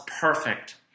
perfect